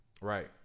right